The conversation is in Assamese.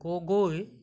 গগৈ